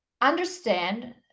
understand